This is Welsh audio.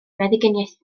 meddyginiaeth